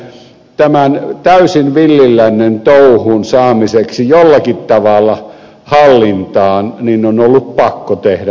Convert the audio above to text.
nimittäin tämän täysin villin lännen touhun saamiseksi jollakin tavalla hallintaan on ollut pakko tehdä näin